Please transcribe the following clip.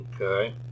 Okay